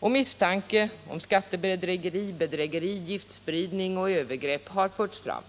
och misstanke om skattebedrägeri, bedrägeri, giftspridning och övergrepp har förts fram.